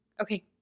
Okay